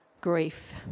grief